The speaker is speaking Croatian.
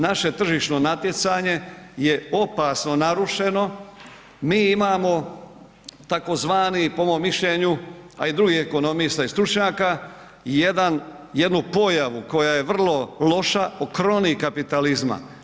Naše tržišno natjecanje je opasno narušeno, mi imamo tzv. po mom mišljenju a i drugih ekonomista i stručnjaka, jednu pojavu koja je vrlo loša, o crony kapitalizma.